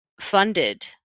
funded